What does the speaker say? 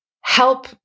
help